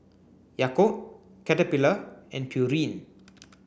Yakult Caterpillar and Pureen